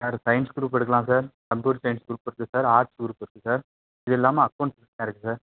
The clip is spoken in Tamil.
சார் சயின்ஸ் குரூப் எடுக்கலாம் சார் கம்ப்யூட்டர் சயின்ஸ் குரூப் இருக்குது சார் ஆர்ட்ஸ் குரூப் இருக்குது சார் இது இல்லாமல் அக்கௌண்ட்ஸ் இருக்குது சார்